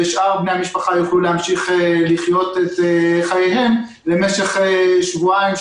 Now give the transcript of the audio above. ושאר בני המשפחה יוכלו להמשיך לחיות את חייהם למשך שבועיים,